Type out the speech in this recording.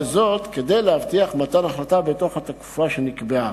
וזאת כדי להבטיח מתן החלטה בתוך התקופה שנקבעה.